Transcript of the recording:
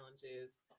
challenges